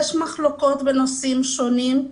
יש מחלוקות בנושאים שונים,